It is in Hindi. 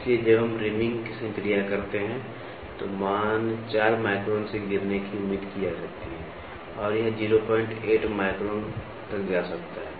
इसलिए जब हम रीमिंग संक्रिया करते हैं तो मान 4 माइक्रोन से गिरने की उम्मीद की जा सकती है और यह 08 माइक्रोन तक जा सकता है